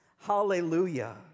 hallelujah